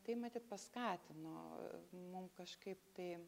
tai matyt paskatino mum kažkaip tai